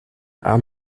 are